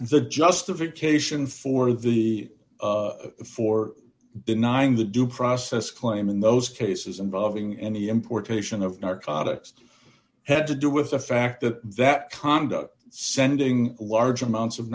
the justification for the for denying the due process claim in those cases involving any importation of narcotics had to do with the fact that that conduct sending large amounts of